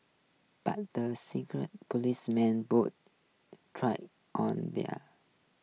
but the secret police man try on their